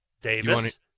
Davis